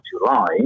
July